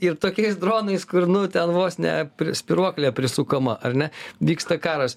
ir tokiais dronais kur nu ten vos ne spyruoklė prisukama ar ne vyksta karas